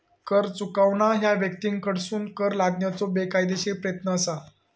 कर चुकवणा ह्या व्यक्तींकडसून कर लादण्याचो बेकायदेशीर प्रयत्न असा